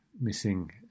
missing